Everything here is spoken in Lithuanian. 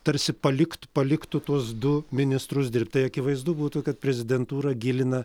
tarsi palikt paliktų tuos du ministrus dirbti tai akivaizdu būtų kad prezidentūra gilina